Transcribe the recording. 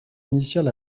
initial